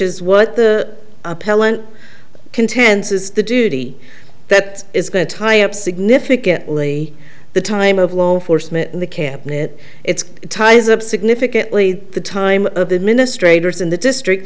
is what the appellant contends is the duty that is going to tie up significantly the time of law enforcement in the camp that it's ties up significantly the time of the administrators in the district